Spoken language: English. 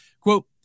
quote